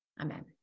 Amen